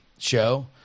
Show